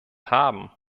haben